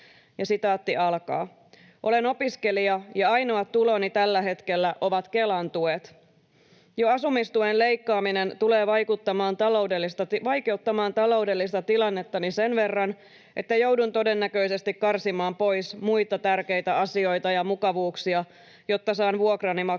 sitten poissa.” ”Olen opiskelija, ja ainoat tuloni tällä hetkellä ovat Kelan tuet. Jo asumistuen leikkaaminen tulee vaikeuttamaan taloudellista tilannettani sen verran, että joudun todennäköisesti karsimaan pois muita tärkeitä asioita ja mukavuuksia, jotta saan vuokrani maksettua.